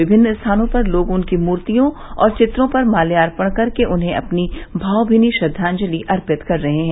विमिन्न स्थानों पर लोग उनकी मूर्तियों और चित्रों पर माल्यार्पण कर के उन्हें अपनी भावभीनी श्रद्वाजंलि अर्पित कर रहे हैं